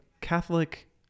Catholic